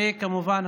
וכמובן,